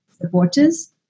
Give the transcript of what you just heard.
supporters